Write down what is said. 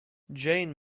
jane